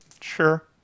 Sure